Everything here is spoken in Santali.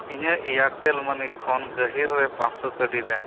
ᱤᱧᱟᱜ ᱮᱭᱟᱨᱴᱮᱞ ᱢᱟᱹᱱᱤ ᱠᱷᱚᱱ ᱜᱟᱹᱦᱤᱨ ᱨᱮ ᱢᱚᱲᱮ ᱥᱟᱭ ᱠᱟᱹᱣᱰᱤ ᱫᱮᱱ